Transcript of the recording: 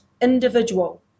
individual